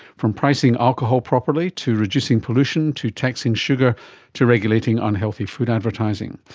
from pricing alcohol properly to reducing pollution to taxing sugar to regulating unhealthy food advertising.